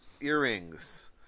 earrings